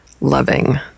loving